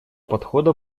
подхода